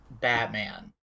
batman